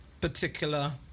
particular